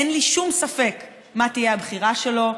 אין לי שום ספק מה תהיה הבחירה שלו,